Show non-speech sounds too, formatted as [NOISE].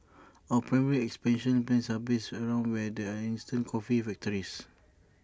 our primary [NOISE] expansion plans are based around where there are instant coffee factories [NOISE]